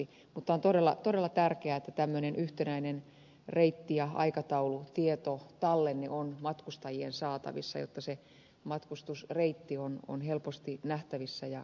mutta on todella tärkeää että tämmöinen yhtenäinen reitti ja aikataulutietotallenne on matkustajien saatavissa jotta se matkustusreitti on helposti nähtävissä ja katkeamaton